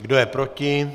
Kdo je proti?